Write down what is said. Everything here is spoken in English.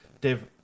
Dave